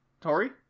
Tori